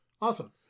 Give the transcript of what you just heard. Awesome